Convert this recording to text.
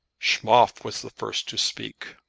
schmoff was the first to speak.